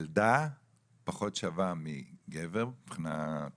ילדה פחות שווה מגבר מבחינת